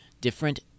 different